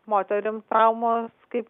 moterims traumos kaip